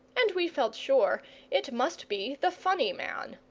and we felt sure it must be the funny man.